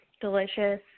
delicious